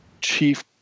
chief